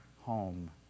home